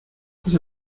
hace